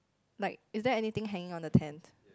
like is there anything hanging on the tents